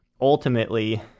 ultimately